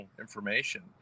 information